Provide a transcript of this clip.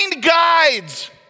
guides